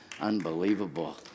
unbelievable